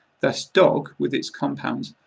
thus dog, with its compounds,